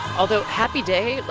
although happy day, like,